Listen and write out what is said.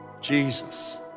Jesus